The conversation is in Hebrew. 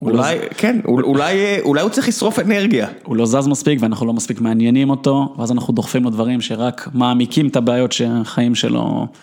אולי, כן, אולי הוא צריך לשרוף אנרגיה. הוא לא זז מספיק ואנחנו לא מספיק מעניינים אותו, ואז אנחנו דוחפים לו דברים שרק מעמיקים את הבעיות שהחיים שלו.